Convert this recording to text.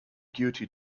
guilty